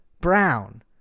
Brown